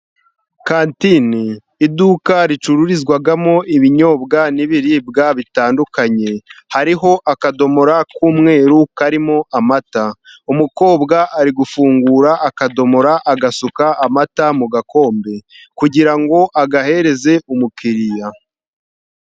Kantine ni iduka ricururizwagamo ibinyobwa n'ibiribwa bitandukanye. Hariho akagaro k'umweru karimo amata. Umukobwa ari gufungura akagaro agasuka amata mu gakombe kugira ngo ahereze umukiriya.